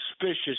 suspicious